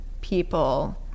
people